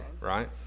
right